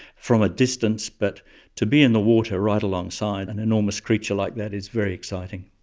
from a distance, but to be in the water right alongside an enormous creature like that is very exciting.